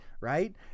right